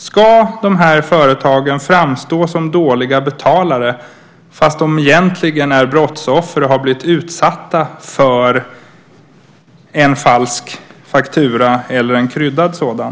Ska de här företagen framstå som dåliga betalare fastän de egentligen är brottsoffer och har blivit utsatta för en falsk faktura eller en kryddad sådan?